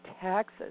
taxes